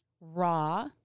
raw